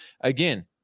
again